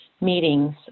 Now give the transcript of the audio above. meetings